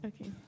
okay